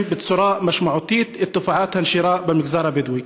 בצורה משמעותית את תופעת הנשירה במגזר הבדואי.